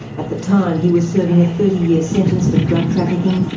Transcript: at the time he was serving a thirty year sentence for drug trafficking,